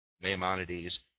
Maimonides